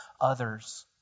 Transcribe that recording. others